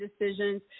decisions